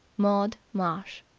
maud marsh.